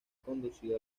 conducido